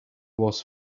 was